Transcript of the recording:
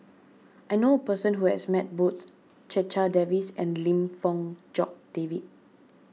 I know a person who has met both Checha Davies and Lim Fong Jock David